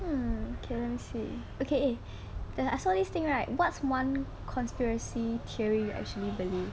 hmm K let me see okay eh err I saw this thing right what's one conspiracy theory you actually believe